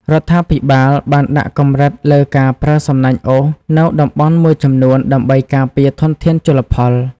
រដ្ឋាភិបាលបានដាក់កម្រិតលើការប្រើសំណាញ់អូសនៅតំបន់មួយចំនួន ដើម្បីការពារធនធានជលផល។